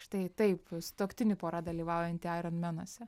štai taip sutuoktinių pora dalyvaujanti aironmenuose